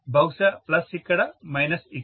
బహుశా ప్లస్ ఇక్కడ మైనస్ ఇక్కడ